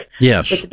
Yes